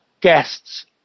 guests